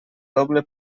doble